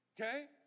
Okay